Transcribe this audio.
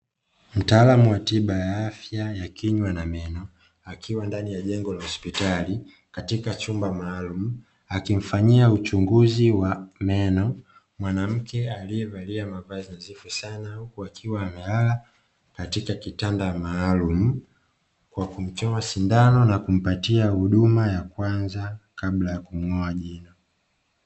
Mtaalamu wa tiba ya afya ya kinywa na meno akiwa ndani ya jengo la hospitali katika chumba maalumu, akimfanyia uchunguzi wa meno mwanamke aliyevalia mavazi nadhifu sana, huku akiwa amelala katika kitanda maalumu kwa kumchoma sindano na kumpatia huduma ya kwanza kabla ya kumng'oa meno.